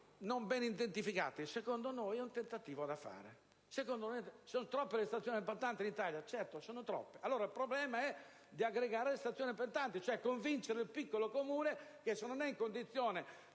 non ben identificati. Secondo noi, questo è un tentativo da fare. Sono troppo le stazioni appaltanti in Italia? Certo, sono troppe, e allora il problema è di aggregare le stazioni appaltanti e di convincere il piccolo comune che, se non è in condizione